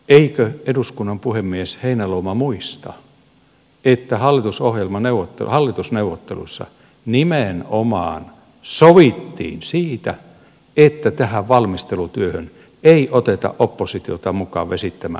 eikö eduskunnan puhemies heinäluoma muista että hallitusneuvotteluissa nimenomaan sovittiin siitä että tähän valmistelutyöhön ei oteta oppositiota mukaan vesittämään hyvää hanketta